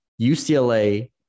UCLA